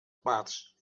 parts